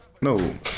No